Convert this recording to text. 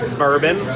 bourbon